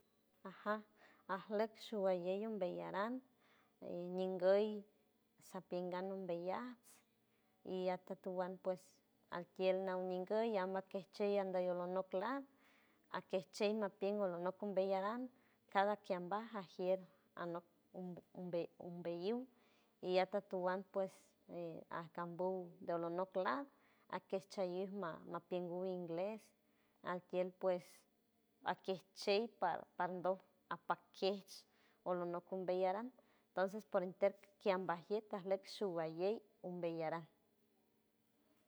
Ajan aslet shubayen umbeejaran e ninguiyn sapinga umbejats y a tutuwan pues atiel na ninnguiyn y a maquechey andoloyu la ais que chey mas pie aumbeyu y a tutuwan pues askabou tolono la aske chamima matiwu ingles askiel pues aki shein par pardo apakesh polano umbejaron entonces por interkambajier aslet sumbareis sumbeyaran.